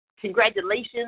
congratulations